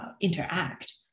interact